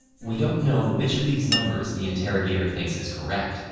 we don't know which of these numbers the interrogator thinks is correct.